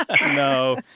no